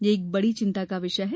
यह एक बड़ी चिन्ता का विषय है